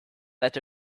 that